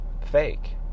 fake